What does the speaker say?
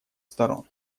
сторон